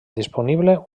disponible